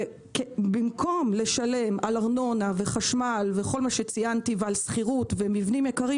במקום לשלם על ארנונה וחשמל וכל מה שציינתי ושכירות ומבנים יקרים